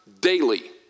daily